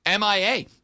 MIA